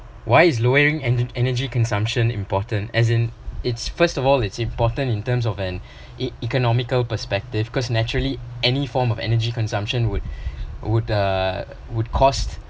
why is lowering en~ energy consumption important as in it's first of all it's important in terms of an e~ economical perspective because naturally any form of energy consumption would would uh would cost